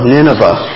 Nineveh